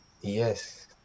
Yes